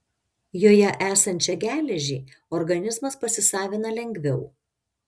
joje esančią geležį organizmas pasisavina lengviau